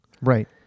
right